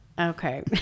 Okay